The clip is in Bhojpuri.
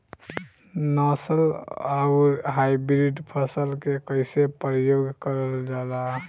नस्ल आउर हाइब्रिड फसल के कइसे प्रयोग कइल जाला?